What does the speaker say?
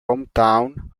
hometown